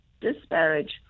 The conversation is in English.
disparage